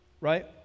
right